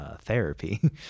therapy